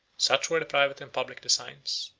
such were the private and public designs,